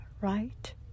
right